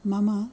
मम